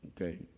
Okay